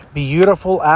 beautiful